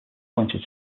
pointed